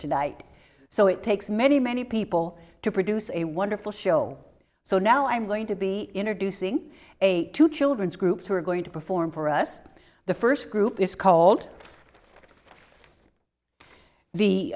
tonight so it takes many many people to produce a wonderful show so now i'm going to be introducing a two children's groups who are going to perform for us the first group is called